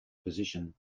position